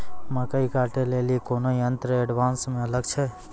मकई कांटे ले ली कोनो यंत्र एडवांस मे अल छ?